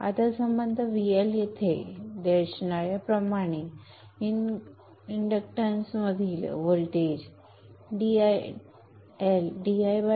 आता संबंध VL येथे दिल्याप्रमाणे इंडक्टन्समधील व्होल्टेज L